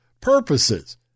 purposes